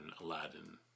aladdin